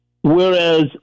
Whereas